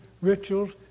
rituals